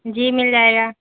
جی مل جائے گا